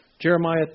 Jeremiah